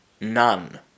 none